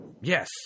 Yes